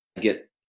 get